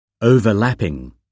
Overlapping